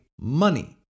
money